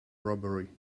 robbery